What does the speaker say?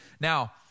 Now